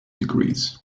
degrees